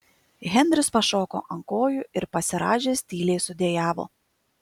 henris pašoko ant kojų ir pasirąžęs tyliai sudejavo